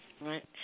Right